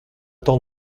temps